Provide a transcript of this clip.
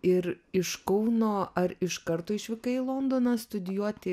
ir iš kauno ar iš karto išvykai į londoną studijuoti